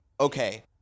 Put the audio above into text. okay